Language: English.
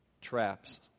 traps